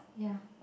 yeah